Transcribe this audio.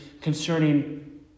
concerning